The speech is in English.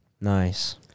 Nice